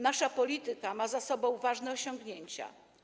Nasza polityka ma za sobą ważne osiągnięcia.